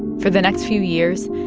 for the next few years,